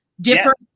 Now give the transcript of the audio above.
different